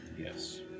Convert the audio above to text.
Yes